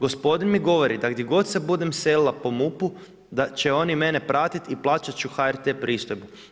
Gospodin mi govori, da gdje god se budem selila po MUP-u da će oni mene pratiti i plaćat ću HRT pristojbu.